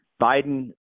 Biden